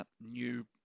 new